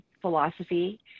philosophy